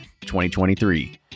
2023